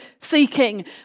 seeking